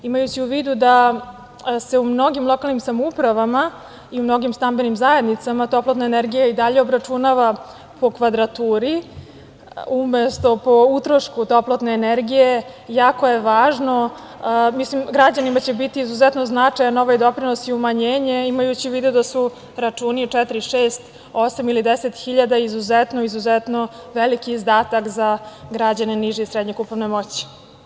Imajući u vidu da se u mnogim lokalnim samoupravama i mnogim stambenim zajednicama toplotan energija i dalje obračunava po kvadraturi umesto po utrošku toplotne energije, jako je važno, građanima će biti izuzetno značajan ovaj doprinos i umanjenje imajući u vidu da su računi od četiri, šest, osam ili 10 hiljada izuzetno, izuzetno veliki izdatak za građane niže i srednje kupovne moći.